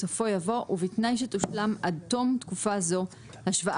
בסופו יבוא 'ובתנאי שתושלם עד תום תקופה זו השוואה